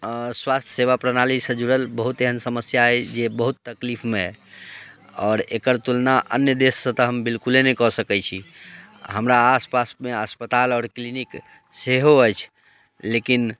स्वास्थ सेवा प्रणालीसँ जुड़ल बहुत एहन समस्या अछि जे बहुत तकलीफमे अइ आओर एकर तुलना अन्य देशसँ तऽ हम बिल्कुले नहि कऽ सकैत छी हमरा आस पासमे अस्पताल आओर क्लिनिक सेहो अछि लेकिन